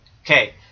okay